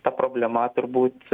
ta problema turbūt